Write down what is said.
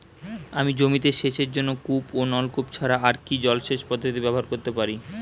আমি জমিতে সেচের জন্য কূপ ও নলকূপ ছাড়া আর কি জলসেচ পদ্ধতি ব্যবহার করতে পারি?